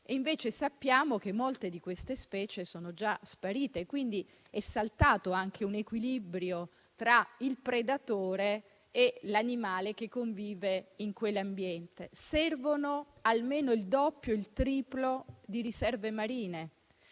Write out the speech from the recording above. invece che molte di queste specie sono già sparite, quindi è saltato anche un equilibrio tra il predatore e l'animale che convive in quell'ambiente. Serve almeno il doppio o il triplo di riserve marine.